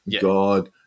God